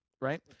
Right